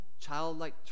childlike